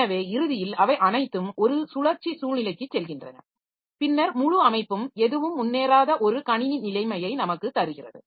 எனவே இறுதியில் அவை அனைத்தும் ஒரு சுழற்சி சூழ்நிலைக்குச் செல்கின்றன பின்னர் முழு அமைப்பும் எதுவும் முன்னேறாத ஒரு கணினி நிலைமையை நமக்கு தருகிறது